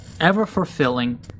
ever-fulfilling